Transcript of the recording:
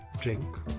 drink